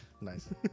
Nice